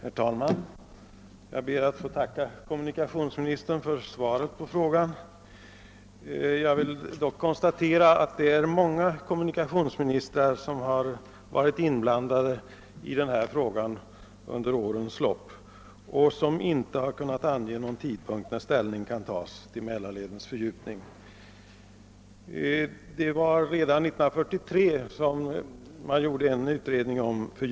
Herr talman! Jag ber att få tacka kommunikationsministern för svaret på min fråga. Många kommunikationsministrar har under årens lopp varit inkopplade på densamma, men ingen av dem har kunnat ange någon tidpunkt för när ställning kan tas till frågan om Mälarledens fördjupning. Redan 1943 gjordes det en utredning i ärendet.